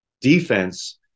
defense –